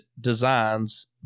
Designs